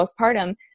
postpartum